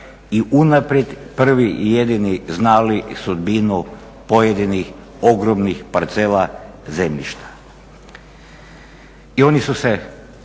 i unaprijed prvi i jedini znali sudbinu pojedinih ogromnih parcela zemljišta. i oni su se